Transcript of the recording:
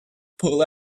pull